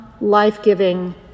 life-giving